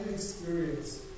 experience